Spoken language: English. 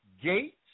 Gates